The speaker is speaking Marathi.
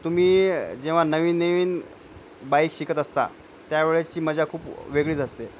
तुम्ही जेव्हा नवीन नवीन बाईक शिकत असता त्यावेळेसची मजा खूप वेगळीच असते